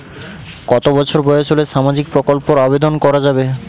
কত বছর বয়স হলে সামাজিক প্রকল্পর আবেদন করযাবে?